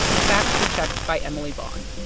the facts were checked by emily vaughn.